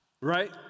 right